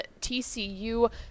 TCU